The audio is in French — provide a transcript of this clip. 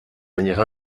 manière